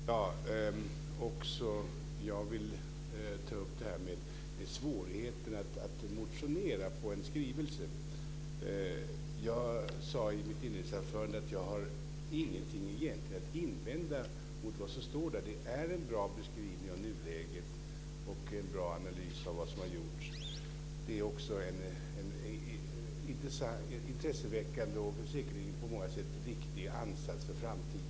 Herr talman! Också jag vill ta upp svårigheten med att motionera på en skrivelse. Jag sade i mitt inledningsanförande att jag egentligen inte har något att invända mot vad som står där. Det är en bra beskrivning av nuläget och en bra analys av vad som har gjorts. Det är också en intresseväckande och säkerligen på många sätt riktig ansats för framtiden.